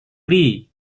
lee